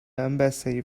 embassy